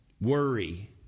worry